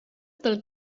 dal